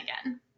again